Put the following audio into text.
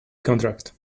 contract